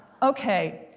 ok,